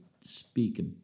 speak